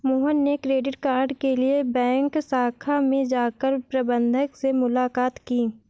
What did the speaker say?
मोहन ने credit card के लिए बैंक शाखा में जाकर प्रबंधक से मुलाक़ात की